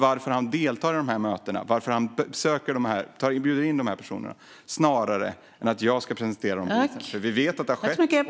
Varför deltar han i dessa möten? Varför bjuder han in dessa personer? Det är snarare han än jag som ska presentera bevis. Vi vet att det har skett.